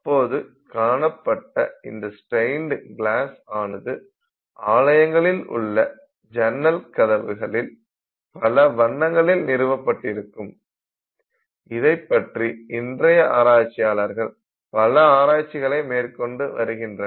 அப்போது காணப்பட்ட இந்த ஸ்டேயிண்ட் கிளாஸ் ஆனது ஆலயங்களில் உள்ள ஜன்னல் கதவுகளில் பல வண்ணங்களில் நிறுவப்பட்டிருக்கும் இதைப்பற்றி இன்றைய ஆராய்ச்சியாளர்கள் பல ஆராய்ச்சிகளை மேற்கொண்டு வருகின்றனர்